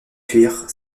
fuir